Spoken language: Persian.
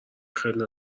ختنه